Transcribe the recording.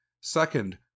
Second